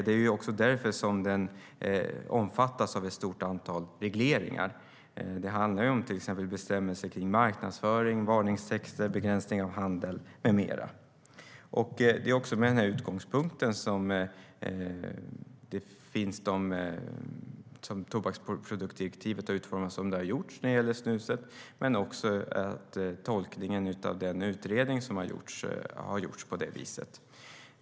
Det är också därför som den omfattas av ett stort antal regleringar. Det handlar till exempel om bestämmelser om marknadsföring, varningstexter, begränsning av handel med mera. Det är också med den utgångspunkten som tobaksproduktsdirektivet har utformats som det har gjorts när det gäller snuset. Det är också anledningen till tolkningen av den utredning som har gjorts.